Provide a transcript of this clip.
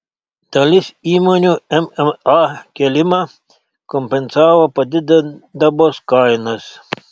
dalis įmonių mma kėlimą kompensavo padidindamos kainas